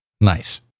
Nice